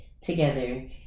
together